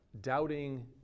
doubting